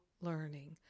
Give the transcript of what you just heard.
learning